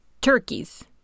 Turkeys